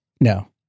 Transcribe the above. No